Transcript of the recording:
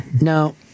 Now